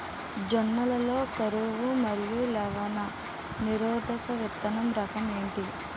జొన్న లలో కరువు మరియు లవణ నిరోధక విత్తన రకం ఏంటి?